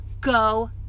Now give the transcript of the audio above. go